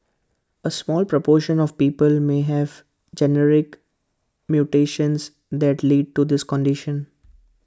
A small proportion of people may have genetic mutations that lead to this condition